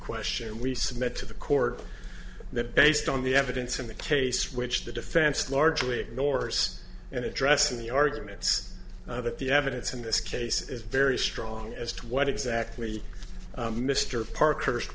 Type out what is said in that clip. question and we submit to the court that based on the evidence in the case which the defense largely ignores and addressing the arguments that the evidence in this case is very strong as to what exactly mr parker first